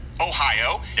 Ohio